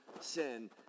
sin